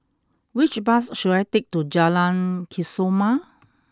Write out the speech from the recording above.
which bus should I take to Jalan Kesoma